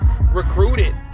recruited